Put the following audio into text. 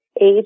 age